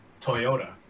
Toyota